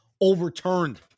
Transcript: overturned